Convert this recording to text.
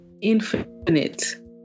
infinite